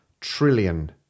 trillion